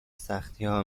سختیها